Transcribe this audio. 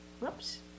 Whoops